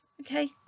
okay